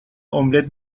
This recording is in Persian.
املت